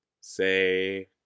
say